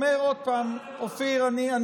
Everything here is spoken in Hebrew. אבל אני באמת אומר עוד פעם: אופיר, אני